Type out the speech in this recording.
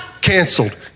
canceled